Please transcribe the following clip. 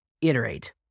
iterate